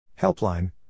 Helpline